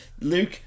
Luke